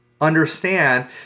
understand